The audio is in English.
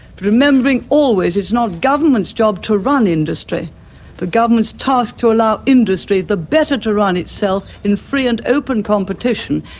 remembering always it's not government's job to run industry but government's task to allow industry the better to run itself in free and open competition,